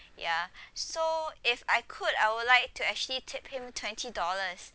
ya so if I could I would like to actually tip him twenty dollars